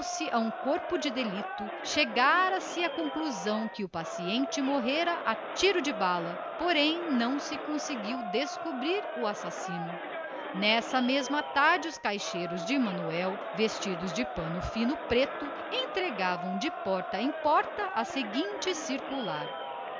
um corpo de delito verificou-se que o paciente morrera a tiro de bala mas a polícia não descobriu o assassino nessa mesma tarde os caixeiros de manuel vestidos de luto entregavam de porta em porta a seguinte circular